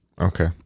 Okay